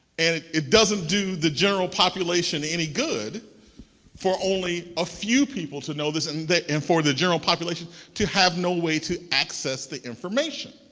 and it it doesn't do the general population any good for only a few people to know this, and and for the general population to have no way to access the information.